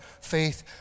faith